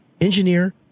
engineer